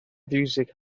fiwsig